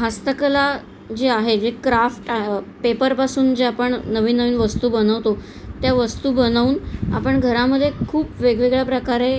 हस्तकला जी आहे जे क्राफ्ट पेपरपासून जे आपण नवीन नवीन वस्तू बनवतो त्या वस्तू बनवून आपण घरामध्ये खूप वेगवेगळ्या प्रकारे